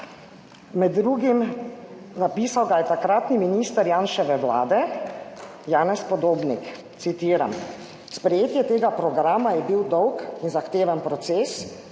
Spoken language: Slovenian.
Med drugim, napisal ga je takratni minister Janševe Vlade Janez Podobnik, citiram: »Sprejetje tega programa je bil dolg in zahteven proces,